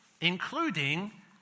including